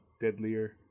deadlier